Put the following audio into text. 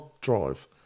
drive